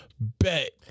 Bet